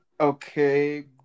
Okay